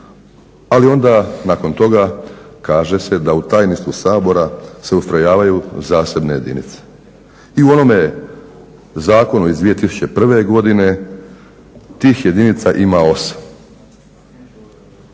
Ali onda nakon toga kaže se da u Tajništvu Sabora se ustrojavaju zasebne jedinice. I u onome Zakonu iz 2001. godine tih jedinica ima 8.